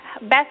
Best